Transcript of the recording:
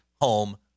home